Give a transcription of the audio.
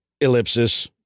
ellipsis